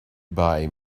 buy